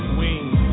wings